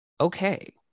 Okay